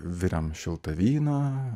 virėm šiltą vyną